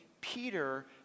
Peter